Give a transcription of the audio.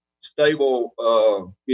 stable